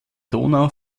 donau